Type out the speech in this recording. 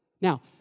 Now